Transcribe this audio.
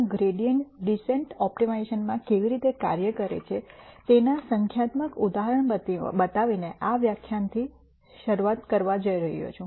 હું gradient descent ઓપ્ટિમાઇઝેશનમાં કેવી રીતે કાર્ય કરે છે તેના સંખ્યાત્મક ઉદાહરણ બતાવીને આ વ્યાખ્યાનની શરૂઆત કરવા જઈ રહ્યો છું